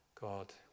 God